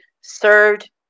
served